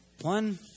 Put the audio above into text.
One